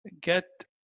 get